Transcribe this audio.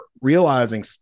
realizing